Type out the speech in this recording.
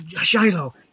Shiloh